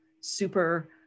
super